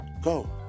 Go